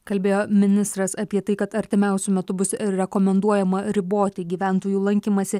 kalbėjo ministras apie tai kad artimiausiu metu bus rekomenduojama riboti gyventojų lankymąsi